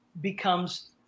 becomes